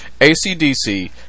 ACDC